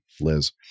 Liz